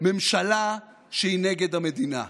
ממשלה שהיא נגד המדינה.